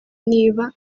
niba